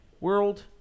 world